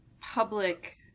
public